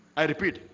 i repeat